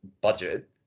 budget